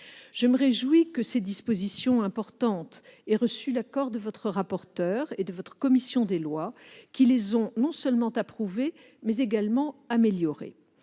Je me réjouis que ces dispositions importantes aient reçu l'accord de votre rapporteur et de votre commission des lois, qui les ont non seulement approuvées, mais également améliorées.